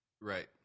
right